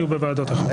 היו בוועדות האחרות.